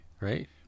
Right